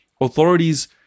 authorities